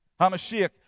HaMashiach